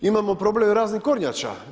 Imamo problem raznih kornjača.